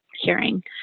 hearing